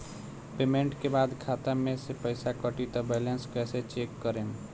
Payment के बाद खाता मे से पैसा कटी त बैलेंस कैसे चेक करेम?